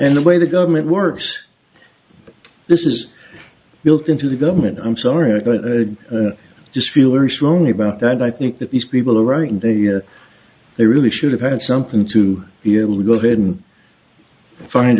and the way the government works this is built into the government i'm sorry but i just feel very strongly about that i think that these people are right and they are they really should have had something to be able to go ahead and find